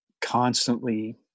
constantly